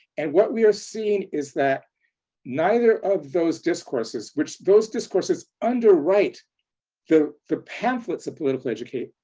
and what we are seeing is that neither of those discourses, which those discourses, underwrite the the pamphlets of political education,